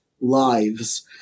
lives